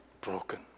broken